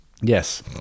Yes